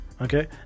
okay